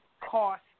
cost